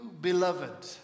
beloved